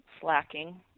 slacking